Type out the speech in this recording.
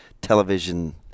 television